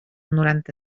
noranta